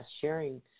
sharing